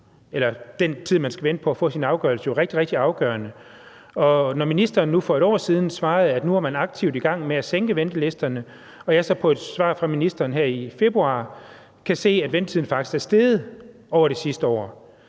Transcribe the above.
den tid, man skal vente på at få sin afgørelse, jo rigtig, rigtig afgørende. Og når ministeren nu for et år siden svarede, at man nu var aktivt i gang med at sænke ventetiderne, og jeg så i et svar fra ministeren her i februar kan se, at ventetiden faktisk er steget over det sidste år,